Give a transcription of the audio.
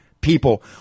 people